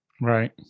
Right